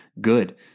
good